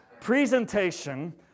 presentation